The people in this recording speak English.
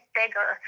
bigger